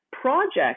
project